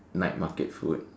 night market food